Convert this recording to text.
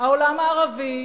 העולם הערבי,